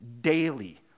daily